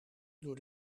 door